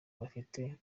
bafite